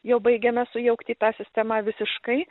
jau baigiame sujaukti tą sistemą visiškai